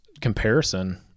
comparison